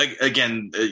again